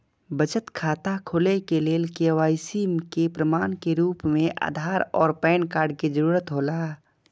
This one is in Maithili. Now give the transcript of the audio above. बचत खाता खोले के लेल के.वाइ.सी के प्रमाण के रूप में आधार और पैन कार्ड के जरूरत हौला